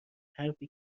حرفی